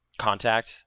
contact